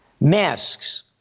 Masks